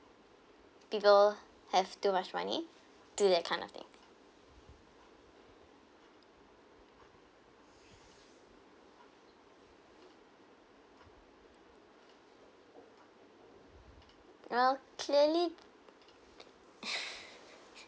people have too much money do that kind of thing uh clearly